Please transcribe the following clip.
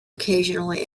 occasionally